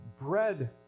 Bread